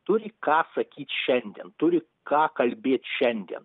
turi ką sakyt šiandien turi ką kalbėt šiandien